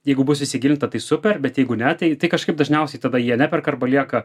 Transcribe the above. jeigu bus įsigilinta tai super bet jeigu ne tai tai kažkaip dažniausiai tada jie neperka arba lieka